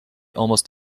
almost